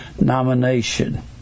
Nomination